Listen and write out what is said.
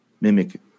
mimic